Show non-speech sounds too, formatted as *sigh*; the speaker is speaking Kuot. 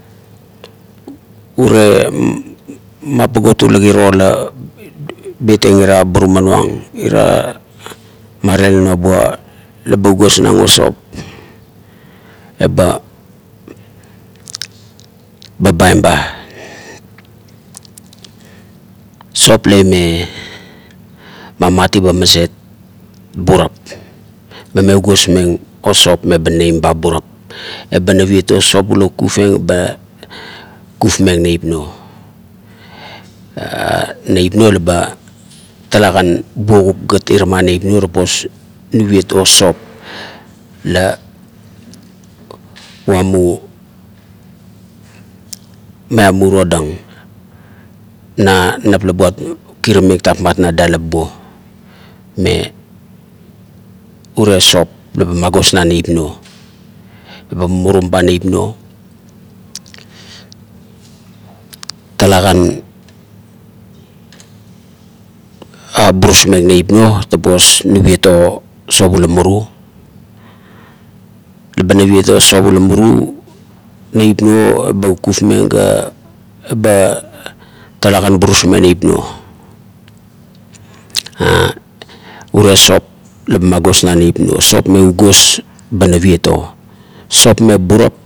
Urie magapa ula kiro la bet ira burana nuang ira mare la nuabua la ba ugosmeng u sop uba babaim ba. sop la lain mamatiba maset burap. mame ugosmeng o sopmeba neimba burap. uba naviet o sop ula kufkufieng eba kufmeng neip huo *hesitation* neip nuo laba talakanbuokup gat iramaneip nuo sapos nuviet o sop la lanu miamu todang na nap la buat kirameng tatuan na dalap buo ma irie sop la ba magosmeng neip nuo meba mumurum ba neip nuo talakan a burusmeng neip nuo ba kufkufmeng ga eba talakan burusmeng neip nuo *hesitation* urie sop la ba magosmeng neup nuo sop me ugos ba naviet o. sop me burap.